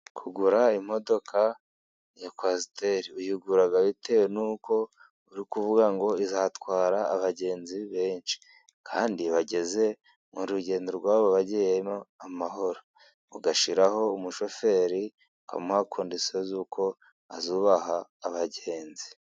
Kugura imodoka ya kwasiteri uyigura bitewe n'uko urikuvuga ngo izatwara abagenzi benshi, kandi ubageze mu rugendo rw'abao bagiyemo amahoro, ugashiraho umushoferi ukamuha kondisiyo z'uko azubaha abagenzi.